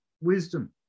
wisdom